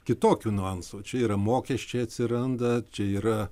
kitokių niuansų čia yra mokesčiai atsiranda čia yra